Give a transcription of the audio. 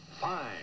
Fine